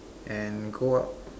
and go out